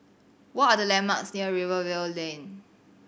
what are the landmarks near Rivervale Lane